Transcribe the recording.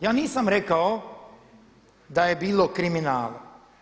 Ja nisam rekao da je bilo kriminala.